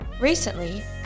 Recently